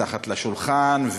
מתחת לשולחן,